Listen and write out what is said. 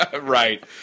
Right